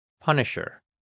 Punisher